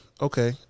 okay